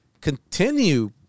continue